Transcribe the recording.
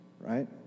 Right